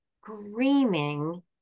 screaming